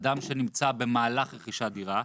אדם שנמצא במהלך רכישת דירה,